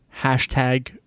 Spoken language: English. Hashtag